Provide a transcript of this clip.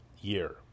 year